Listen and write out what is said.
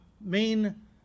main